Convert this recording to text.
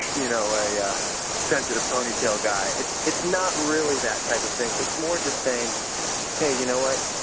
you know, a ah sensitive ponytailed guy. it's it's not really that type of thing. it's more just saying hey, you know what?